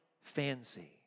fancy